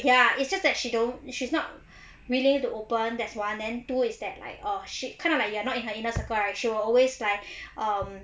ya it's just that she don't she's not willing to open that's one then two is that like she kind of like you're not in her inner circle right she will always like um